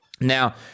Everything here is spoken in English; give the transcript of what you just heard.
Now